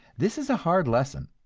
this is a hard lesson,